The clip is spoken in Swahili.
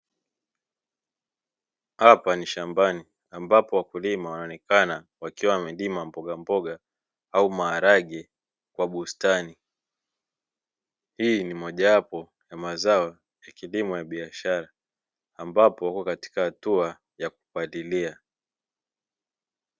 Hapa ni shambani ambapo wakulima wanaonekana wakiwa wamelima mbogamboga au maharage kwa bustani. Hii ni moja wapo wa mazao ya kilimo ya biashara ambapo ipo katika hatua ya kupalilia.